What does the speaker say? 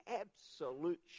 absolute